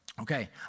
okay